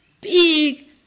big